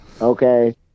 okay